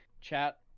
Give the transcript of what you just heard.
chat